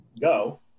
go